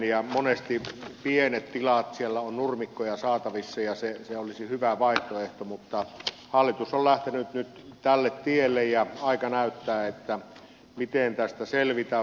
ja monesti pienillä tiloilla siellä on nurmikkoja saatavissa ja se olisi hyvä vaihtoehto mutta hallitus on lähtenyt nyt tälle tielle ja aika näyttää miten tästä selvitään